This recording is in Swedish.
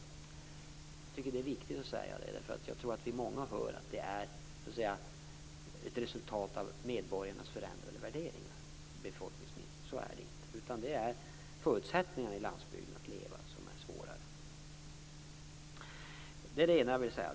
Jag tycker att det är viktigt att säga det. Många gånger hör vi att befolkningsminskningen är ett resultat av medborgarnas förändrade värderingar. Så är det inte. Det är förutsättningarna att leva i landsbygden som är svårare. Det är det ena jag vill säga.